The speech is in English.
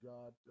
God